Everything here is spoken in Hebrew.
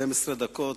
12 דקות,